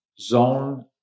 zone